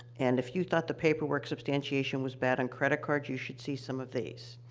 and if you thought the paperwork substantiation was bad on credit cards, you should see some of these.